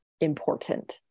Important